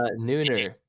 Nooner